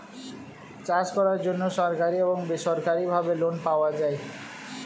চাষ করার জন্য সরকারি এবং বেসরকারিভাবে লোন পাওয়া যায়